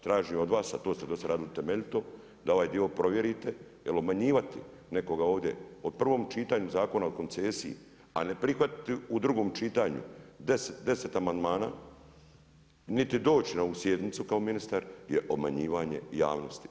Tražim od vas a to ste dosad radili temeljito, da ovaj dio provjerite jer obmanjivati nekoga ovdje u prvom čitanju Zakona o koncesiji, a ne prihvatiti u drugom čitanju, 10 amandmana, niti doći na ovu sjednicu kao ministar, jer obmanjivanje javnosti.